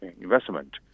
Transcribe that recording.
investment